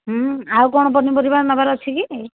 ହୁଁ ଆଉ କ'ଣ ପନିପରିବା ନେବାର ଅଛିକି